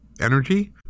energy